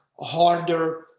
harder